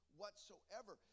whatsoever